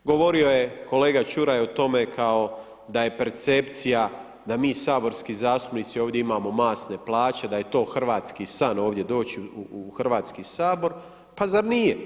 Govorio je kolega Čuraj o tome kao da je percepcija da mi saborski zastupnici ovdje imamo masne plaće, da je to hrvatski san ovdje doći u Hrvatski sabor, pa zar nije?